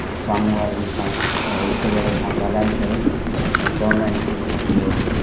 साम्हूं वारनि सां हॉलसेलरनि सां ॻाल्हाए करे ऐं चवंदा आहियूं कि भई पंहिंजो